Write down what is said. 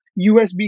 USB